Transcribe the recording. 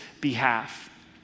behalf